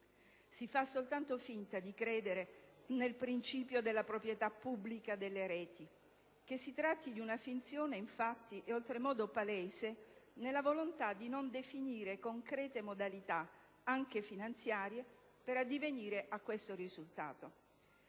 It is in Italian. Si fa soltanto finta di credere nel principio della proprietà pubblica delle reti. Che si tratti di una finzione, infatti, è oltremodo palese nella volontà di non definire concrete modalità anche finanziarie per addivenire a questo risultato.